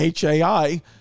HAI